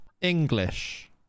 English